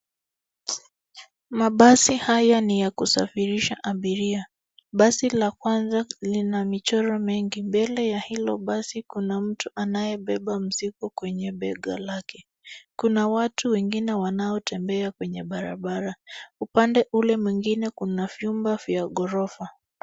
Mabasi haya ni ya kusafirisha abiria. Basi la kwanza lina michoro mengi, mbele ya hilo basi kuna mtu anayebeba mzigo kwenye bega lake. Kuna watu wengine wanaotembea kwenye barabara. Upande ule mwingine kuna vyumba vya ghorofa.